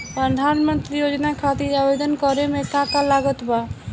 प्रधानमंत्री योजना खातिर आवेदन करे मे का का लागत बा?